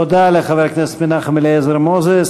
תודה לחבר הכנסת מנחם אליעזר מוזס.